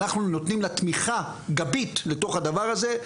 אנחנו נותנים לה תמיכה גבית לתוך הדבר הזה,